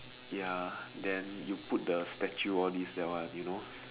ya then you put the statue all these that one you know